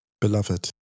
Beloved